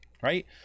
right